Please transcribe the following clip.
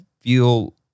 feel